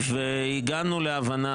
והגענו להבנה,